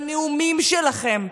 בנאומים שלכם,